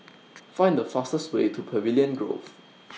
Find The fastest Way to Pavilion Grove